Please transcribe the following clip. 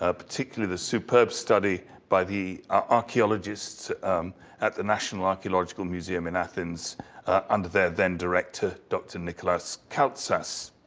ah particularly the superb study by the archaeologists at the national archaeological museum in athens under their then director dr. nicholas kaltsas.